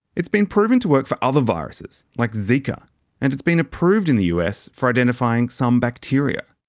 it's been proven to work for other viruses like zika and its been approved in the us for identifying some bacteria.